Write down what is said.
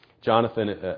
Jonathan